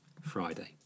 Friday